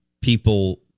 people